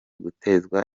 gutezwa